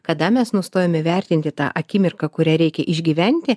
kada mes nustojame vertinti tą akimirką kurią reikia išgyventi